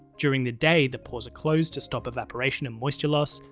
during the day the pores are closed to stop evaporation and moisture loss,